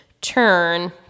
turn